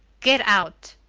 get out!